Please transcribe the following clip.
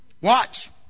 Watch